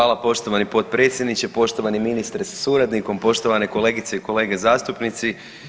Hvala poštovani potpredsjedniče, poštovani ministre sa suradnikom, poštovane kolegice i kolege zastupnici.